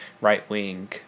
right-wing